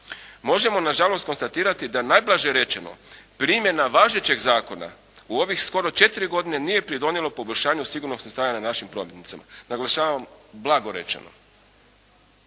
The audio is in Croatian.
Možemo na žalost konstatirati da najblaže rečeno primjena važećeg zakona u ovih skoro 4 godine nije pridonijelo poboljšanju sigurnosnih stanja na našim prometnicama, naglašavam blago rečeno.